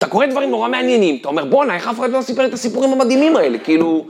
אתה קורא דברים נורא מעניינים, אתה אומר בואנה, איך אף אחד לא סיפר לי את הסיפורים המדהימים האלה, כאילו...